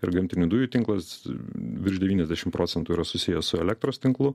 ir gamtinių dujų tinklas virš devyniasdešimt procentų yra susijęs su elektros tinklu